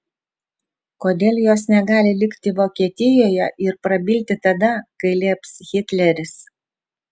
kodėl jos negali likti vokietijoje ir prabilti tada kai lieps hitleris